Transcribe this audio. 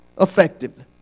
effectively